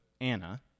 Anna